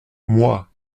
moi